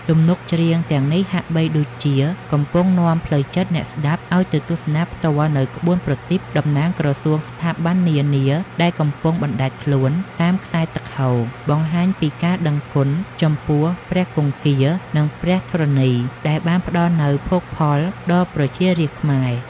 ទំនុកច្រៀងទាំងនេះហាក់បីដូចជាកំពុងនាំផ្លូវចិត្តអ្នកស្ដាប់ឱ្យទៅទស្សនាផ្ទាល់នូវក្បួនប្រទីបតំណាងក្រសួងស្ថាប័ននានា ដែលកំពុងបណ្តែតខ្លួនតាមខ្សែទឹកហូរ បង្ហាញពីការដឹងគុណចំពោះព្រះគង្គា និងព្រះធរណីដែលបានផ្តល់នូវភោគផលដល់ប្រជារាស្ត្រខ្មែរ។